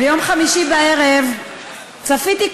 ביום חמישי בערב צפיתי,